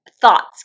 thoughts